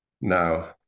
Now